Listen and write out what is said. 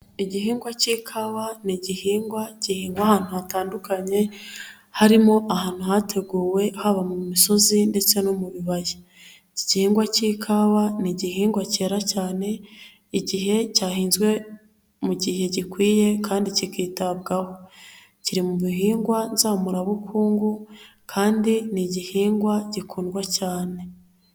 Igihingwa cy'ikawa ni igihingwa gihingwa ahantu hatandukanye harimo ahantu hateguwe haba mu misozi ndetse no mu bibaya, iki gihingwa cy'ikawa ni igihingwa cyera cyane igihe cyahinzwe mu gihe gikwiye kandi kikitabwaho, kiri mu bihingwa nzamurabukungu kandi ni igihingwa gikundwa cyane.